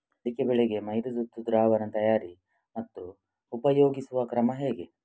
ಅಡಿಕೆ ಬೆಳೆಗೆ ಮೈಲುತುತ್ತು ದ್ರಾವಣ ತಯಾರಿ ಮತ್ತು ಉಪಯೋಗಿಸುವ ಕ್ರಮ ಹೇಗೆ?